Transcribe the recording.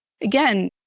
again